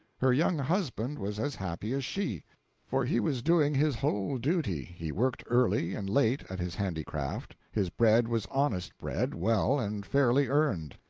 her young husband was as happy as she for he was doing his whole duty, he worked early and late at his handicraft, his bread was honest bread well and fairly earned,